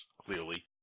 clearly